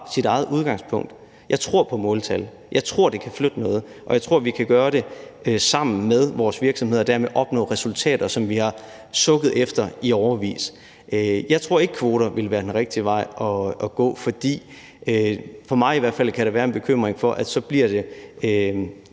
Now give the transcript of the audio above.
sit eget udgangspunkt. Jeg tror på måltal, jeg tror, det kan flytte noget, og jeg tror, vi kan gøre det sammen med vores virksomheder og dermed opnå resultater, som vi har sukket efter i årevis. Jeg tror ikke, at kvoter ville være den rigtige vej at gå, fordi der for mig i hvert fald kan være en bekymring for, at Christiansborg